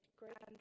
great